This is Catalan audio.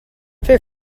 fer